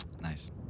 Nice